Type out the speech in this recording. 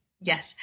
Yes